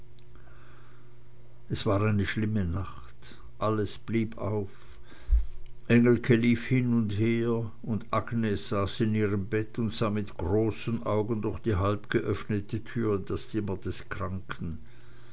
es war eine schlimme nacht alles blieb auf engelke lief hin und her und agnes saß in ihrem bett und sah mit großen augen durch die halbgeöffnete tür in das zimmer des kranken